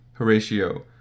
Horatio